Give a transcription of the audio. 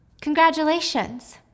Congratulations